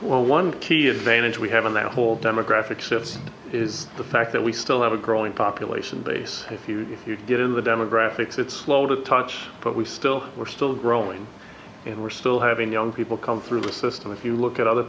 for one key advantage we have in that whole demographic shift is the fact that we still have a growing population base if you get in the demographics it's slow to touch but we still see we're still growing and we're still having young people come through the system if you look at other